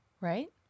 right